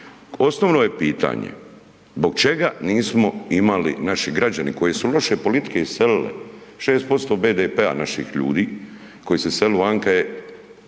Osnovno je pitanje, zbog čega nismo imali, naši građani, koji su loše politike iselile, 6% BDP-a naših ljudi, koji se iselili vanka je,